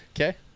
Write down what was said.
Okay